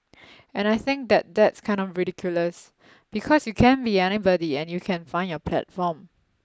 and I think that that's kind of ridiculous because you can be anybody and you can find your platform